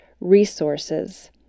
resources